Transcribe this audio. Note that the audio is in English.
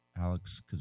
Alex